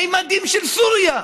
ממדים של סוריה,